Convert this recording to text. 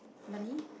money